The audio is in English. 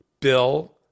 bill